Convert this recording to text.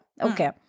Okay